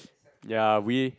ya we